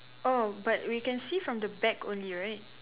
oh but we can see from the back only right